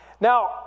Now